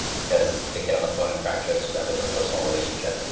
because they get on the phone and crack jokes with them. there's a personal relationship.